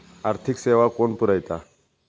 आर्थिक सेवा कोण पुरयता?